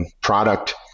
product